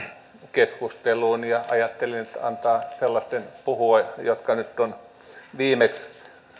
keskusteluun ajattelin antaa sellaisten puhua jotka nyt ovat viimeksi